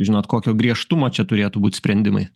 žinot kokio griežtumo čia turėtų būt sprendimai